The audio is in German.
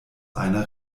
einer